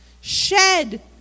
shed